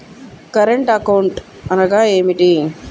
Current account అనగా ఏమిటి?